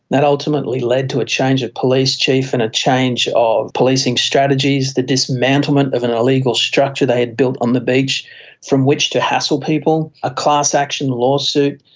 that ultimately lead to a change of police chief and a change of policing strategies, the dismantlement of an illegal structure they had built on the beach from which to hassle people, a class action lawsuit.